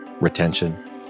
Retention